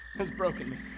has broken me.